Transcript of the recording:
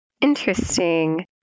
Interesting